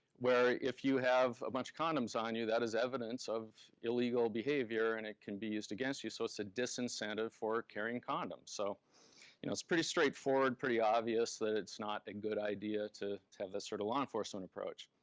where if you have a bunch of condoms on you, that is evidence of illegal behavior and it can be used against you, so it's a disincentive for carrying condoms. so you know it's pretty straightforward, pretty obvious that it's not a good idea to have that sort of law enforcement approach.